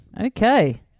Okay